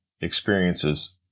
experiences